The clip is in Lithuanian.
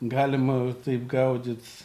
galima taip gaudyt